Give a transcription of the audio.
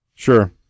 Sure